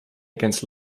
against